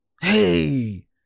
Hey